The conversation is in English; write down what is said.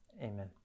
amen